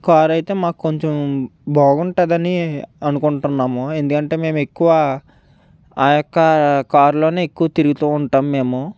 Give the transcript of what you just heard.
కారైతే మాకు కొంచెం బాగుంటుందని అనుకుంటున్నాము ఎందుకంటే మేము ఎక్కువ ఆ యొక్క కార్లోనే ఎక్కువ తిరుగుతూ ఉంటాం మేము